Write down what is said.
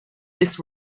this